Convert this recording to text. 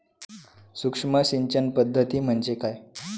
सूक्ष्म सिंचन पद्धती म्हणजे काय?